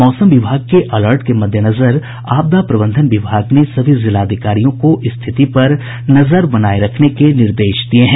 मौसम विभाग के अलर्ट के मद्देनजर आपदा प्रबंधन विभाग ने सभी जिलाधिकारियों को रिथित पर नजर बनाये रखने के निर्देश दिये हैं